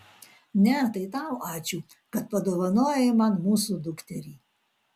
ne tai tau ačiū kad padovanojai man mūsų dukterį